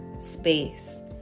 space